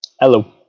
Hello